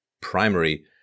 primary